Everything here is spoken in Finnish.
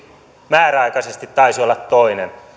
määräaikaisesti taisi olla toinen